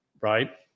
right